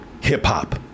hip-hop